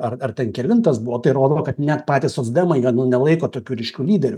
ar ar ten kelintas buvo tai rodo kad net patys socdemai ano nelaiko tokiu ryškiu lyderiu